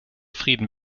frieden